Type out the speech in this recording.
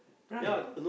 right